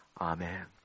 Amen